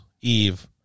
eve